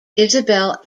isabel